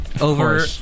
over